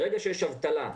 ברגע שיש אבטלה,